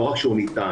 לא רק שהוא ניתן.